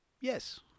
yes